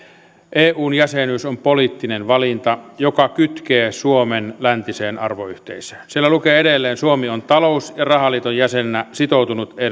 eun jäsenyys on poliittinen valinta joka kytkee suomen läntiseen arvoyhteisöön siellä lukee edelleen suomi on talous ja rahaliiton jäsenenä sitoutunut